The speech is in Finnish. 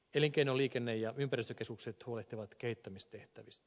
elinkeino liikenne ja ympäristökeskukset huolehtivat kehittämistehtävistä